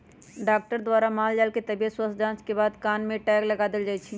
doctor द्वारा माल जाल के तबियत स्वस्थ जांच के बाद कान में टैग लगा देल जाय छै